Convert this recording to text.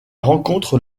rencontre